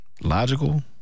logical